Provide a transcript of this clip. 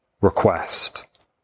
request